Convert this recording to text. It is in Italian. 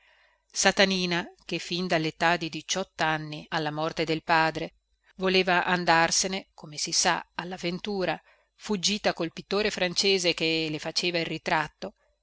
satanina che fin dalletà di diciottanni alla morte de padre voleva andarsene come si sa alla ventura fuggita col pittore francese che le faceva il ritratto